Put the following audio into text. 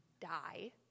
die